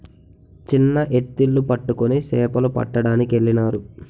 చిన్న ఎత్తిళ్లు పట్టుకొని సేపలు పట్టడానికెళ్ళినారు